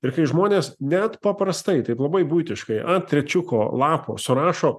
ir kai žmonės net paprastai taip labai buitiškai ant trečiuko lapo surašo